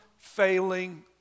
failing